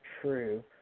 true